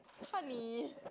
honey